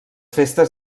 festes